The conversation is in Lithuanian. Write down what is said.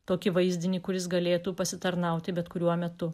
tokį vaizdinį kuris galėtų pasitarnauti bet kuriuo metu